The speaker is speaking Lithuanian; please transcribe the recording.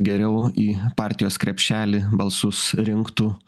geriau į partijos krepšelį balsus rinktų